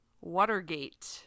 watergate